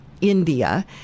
India